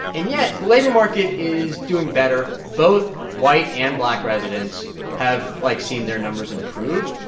and yet, the labor market is doing better. both white and black residents have, like, seen their numbers improve.